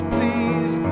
Please